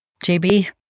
JB